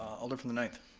alder from the ninth.